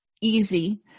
easy